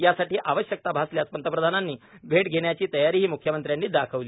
यासाठी आवश्यकता भासल्यास पंतप्रधानांची भेट घेण्याची तयारीही मुख्यमंत्र्यांनी दाखविली